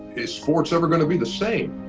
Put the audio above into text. is sports ever gonna be the same?